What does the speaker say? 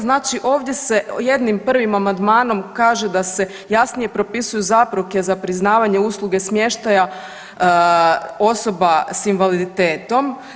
Znači ovdje se jednim, prvim amandmanom kaže da se jasnije propisuju zapreke za priznavanje usluge smještaja osoba s invaliditetom.